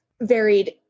varied